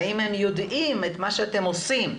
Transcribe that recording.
והאם הם יודעים את מה שאתם עושים?